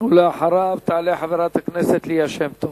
אחריו תעלה חברת הכנסת ליה שמטוב.